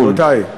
רבותי, רבותי.